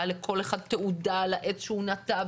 היה לכל אחד תעודה על העץ שהוא נטע,